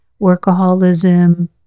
workaholism